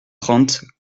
trente